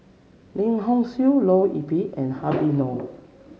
Lim Hock Siew Leo Yip and Habib Noh